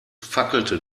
fackelte